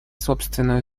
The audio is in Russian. собственную